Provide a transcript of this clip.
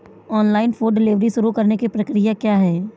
Online food delivery शुरू करने की प्रक्रिया क्या है?